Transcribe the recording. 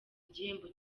igihembo